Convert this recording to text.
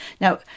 now